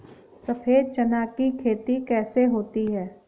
सफेद चना की खेती कैसे होती है?